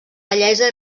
bellesa